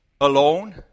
alone